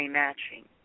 matching